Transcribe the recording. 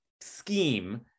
scheme